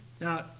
Now